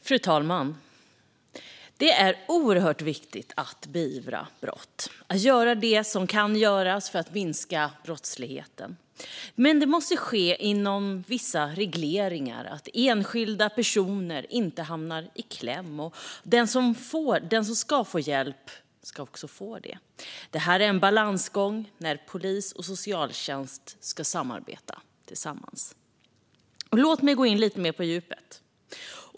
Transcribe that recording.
Fru talman! Det är oerhört viktigt att beivra brott och att göra det som kan göras för att minska brottsligheten. Men det måste ske inom vissa regleringar så att enskilda personer inte hamnar i kläm och så att den som har rätt till hjälp också får det. Det är en balansgång när polis och socialtjänst ska samarbeta. Låt mig gå in lite mer på djupet.